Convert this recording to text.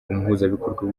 umuhuzabikorwa